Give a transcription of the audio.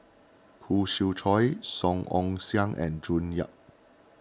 Khoo Swee Chiow Song Ong Siang and June Yap